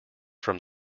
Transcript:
from